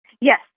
Yes